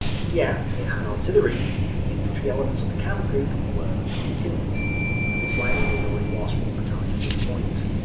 yeah it had artillery, the infantry elements of the kampfgruppe were weakened as it's likely they'd already lost one battalion at this point.